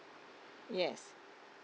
yes